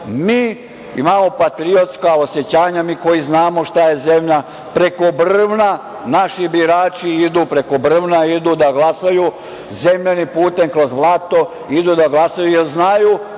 imamo patriotska osećanja, mi koji znamo šta je zemlja, preko brvna, naši birači idu preko brvna da glasaju, zemljanim putem kroz blato, idu da glasaju jer znaju